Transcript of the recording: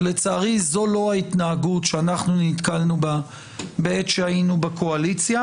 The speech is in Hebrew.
שלצערי זו לא ההתנהגות שאנחנו נתקלנו בה בעת שהיינו בקואליציה,